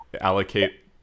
allocate